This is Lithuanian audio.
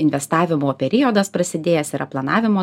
investavimo periodas prasidėjęs yra planavimo